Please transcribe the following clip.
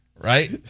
Right